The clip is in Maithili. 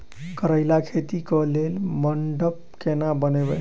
करेला खेती कऽ लेल मंडप केना बनैबे?